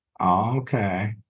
Okay